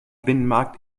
binnenmarkt